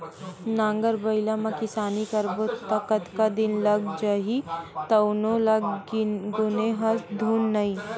नांगर बइला म किसानी करबो त कतका दिन लाग जही तउनो ल गुने हस धुन नइ